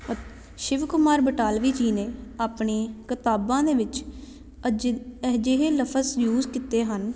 ਸ਼ਿਵ ਕੁਮਾਰ ਬਟਾਲਵੀ ਜੀ ਨੇ ਆਪਣੇ ਕਿਤਾਬਾਂ ਦੇ ਵਿੱਚ ਅਜਿ ਅਜਿਹੇ ਲਫਜ਼ ਯੂਜ ਕੀਤੇ ਹਨ